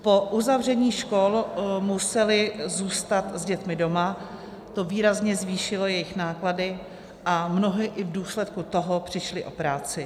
Po uzavření škol museli zůstat s dětmi doma, to výrazně zvýšilo jejich náklady, a mnohdy i v důsledku toho přišli o práci.